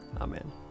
Amen